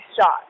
shot